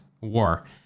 war